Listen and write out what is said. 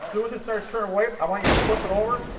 soon as it starts turning white, i want you to flip it over.